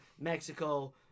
Mexico